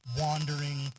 wandering